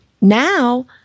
now